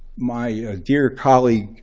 my dear colleague